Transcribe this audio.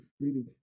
breathing